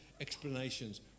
explanations